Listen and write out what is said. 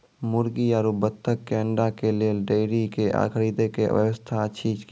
मुर्गी आरु बत्तक के अंडा के लेल डेयरी के खरीदे के व्यवस्था अछि कि?